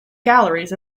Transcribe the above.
galleries